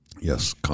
Yes